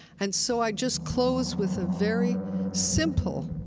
and so i just close with a very simple